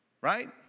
right